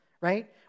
right